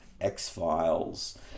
X-Files